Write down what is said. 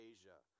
Asia